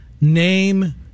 name